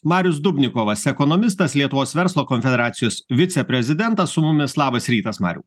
marius dubnikovas ekonomistas lietuvos verslo konfederacijos viceprezidentas su mumis labas rytas mariau